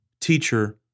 Teacher